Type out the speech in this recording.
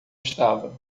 estava